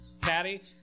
Patty